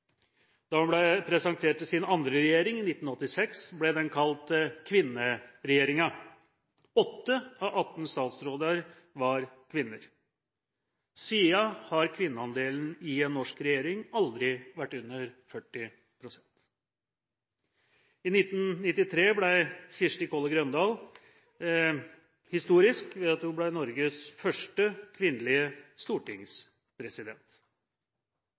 sin andre regjering i 1986, ble den kalt kvinneregjeringen – 8 av 18 statsråder var kvinner. Siden har kvinneandelen i en norsk regjering aldri vært under 40 pst. I 1993 ble Kirsti Kolle Grøndahl historisk ved at hun ble Norges første kvinnelige stortingspresident.